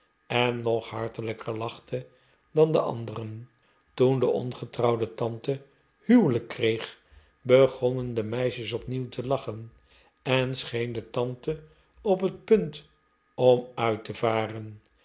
en nog hartelijker lachte dan de anderen toen'de ongetrouwde tante huwelijk kreeg begonnen de meisjes opnieuw te lachen en scheen de tante op het punt om uit te varenj